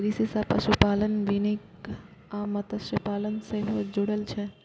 कृषि सं पशुपालन, वानिकी आ मत्स्यपालन सेहो जुड़ल छै